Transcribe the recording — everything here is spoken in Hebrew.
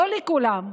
לא לכולם,